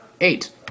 Eight